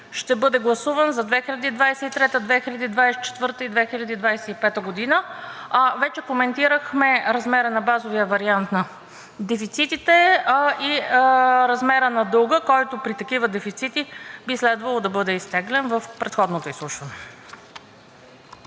ще бъде гласуван за 2023-а, 2024-а и 2025 г., вече коментирахме размера на базовия вариант на дефицитите и размера на дълга, който при такива дефицити би следвало да бъде изтеглен, в предходното изслушване.